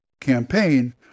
campaign